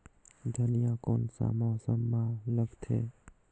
धनिया कोन सा मौसम मां लगथे?